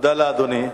תודה לאדוני.